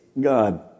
God